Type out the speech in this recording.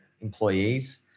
employees